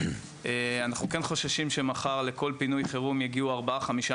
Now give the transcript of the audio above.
אנחנו חוששים שמחר לכל פינוי חירום יגיעו ארבעה-חמישה